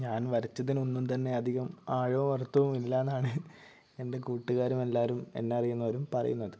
ഞാൻ വരച്ചിതിനു ഒന്നും തന്നെ അധികം ആഴവും അർത്ഥവും ഇല്ലയെന്നാണ് എൻ്റെ കൂട്ടുകാരും എല്ലാവരും എന്നെ അറിയുന്നവരും പറയുന്നത്